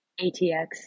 ATX